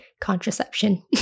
Contraception